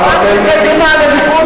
אתה מתרפס.